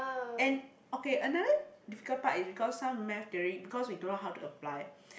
and okay another difficult part is because some math theory because we don't know how to apply